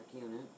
unit